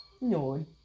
No